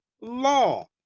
Law